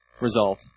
result